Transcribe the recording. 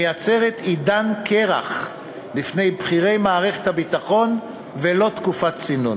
מייצרת עידן קרח בפני בכירי מערכת הביטחון ולא תקופת צינון.